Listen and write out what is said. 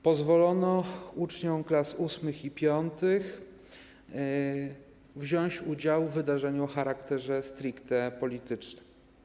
Pozwolono uczniom klas VIII i V wziąć udział w wydarzeniu o charakterze stricte politycznym.